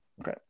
Okay